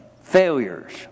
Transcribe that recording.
failures